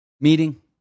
Meeting